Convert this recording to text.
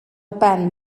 ben